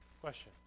Question